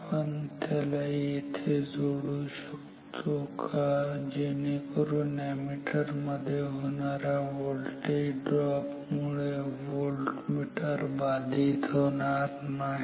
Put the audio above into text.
आपण त्याला येथे जोडू शकतो का जेणेकरून अॅमीटर मध्ये होणाऱ्या व्होल्टेज ड्रॉप मुळे व्होल्टमीटर बाधित होणार नाही